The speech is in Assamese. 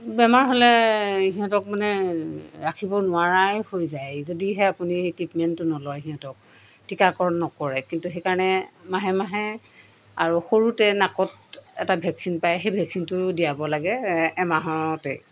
বেমাৰ হ'লে সিহঁতক মানে ৰাখিব নোৱাৰাই হৈ যায় যদিহে আপুনি ট্ৰিটমেণ্টটো নলয় সিহঁতক টীকাকৰণ নকৰে কিন্তু সেইকাৰণে মাহে মাহে আৰু সৰুতে নাকত এটা ভেকচিন পায় সেই ভেকচিনটো দিয়াব লাগে এমাহতেই